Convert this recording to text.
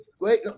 Wait